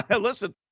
Listen